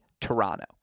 Toronto